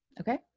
Okay